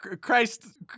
Christ